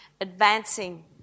advancing